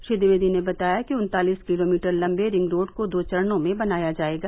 श्री ट्विवेदी ने बताया कि उन्तालिस किलोमीटर लम्बे रिंगरोड को दो चरणों में बनाया जायेगा